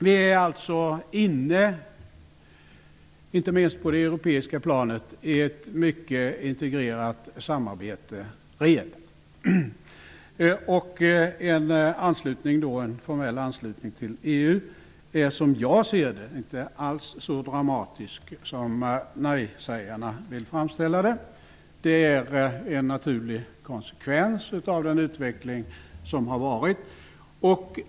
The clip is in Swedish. Vi är alltså, inte minst på det europeiska planet, redan inne i ett mycket integrerat samarbete. En formell anslutning till EU är, som jag ser det, inte alls så dramatisk som nejsägarna vill framställa det. Det är en naturlig konsekvens av den utveckling som har varit.